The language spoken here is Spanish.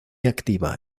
activa